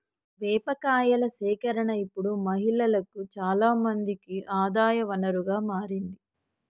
వేప కాయల సేకరణ ఇప్పుడు మహిళలు మంది ఆదాయ వనరుగా మారింది